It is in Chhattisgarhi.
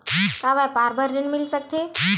का व्यापार बर ऋण मिल सकथे?